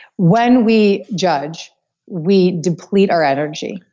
when we judge, we deplete our energy,